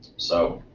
so,